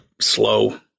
slow